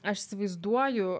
aš įsivaizduoju